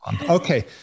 Okay